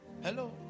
Hello